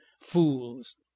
fools